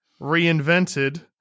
reinvented